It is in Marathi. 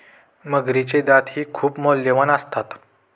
मगरीचे दातही खूप मौल्यवान असतात